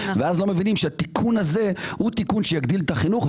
ואז לא מבינים שהתיקון הזה הוא תיקון שיוסיף לחינוך,